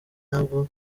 nabwo